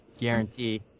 guarantee